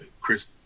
Chris